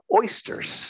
oysters